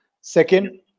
Second